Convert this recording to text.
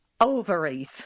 Ovaries